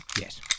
Yes